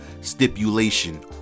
stipulation